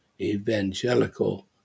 evangelical